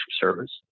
service